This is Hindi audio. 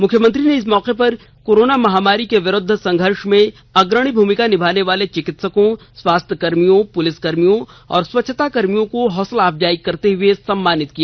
मुख्यमंत्री ने इस मौके पर कोरोना महामारी के विरुद्द संघर्ष में अग्रणी भूमिका निभाने वाले चिकित्सकों स्वास्थ्य कर्मियों पुलिसकर्मियों और स्वच्छता कर्मियों की हौसला अफजाई करते हुए सम्मानित किया